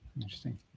Interesting